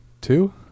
Two